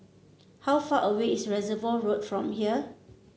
how far away is Reservoir Road from here